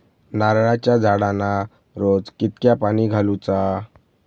नारळाचा झाडांना रोज कितक्या पाणी घालुचा?